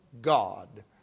God